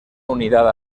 unidad